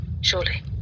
Surely